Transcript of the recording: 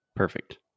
Perfect